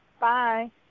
Bye